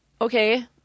Okay